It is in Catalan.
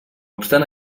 obstant